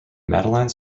madeleine